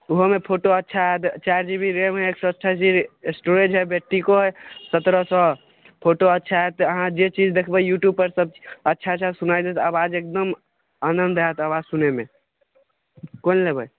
ओहोमे फोटो अच्छा आयत चारि जीबी रैम हइ एक सए अठाइस जीबी स्टोरेज हइ बैटरिको सत्रह सए फोटो अच्छा आयत अहाँ जे चीज देखबै युट्युब पर सब चीज अच्छा से सुनाइ देत आवाज एकदम आनन्द आयत आवाज सुनैमे कोन लेबै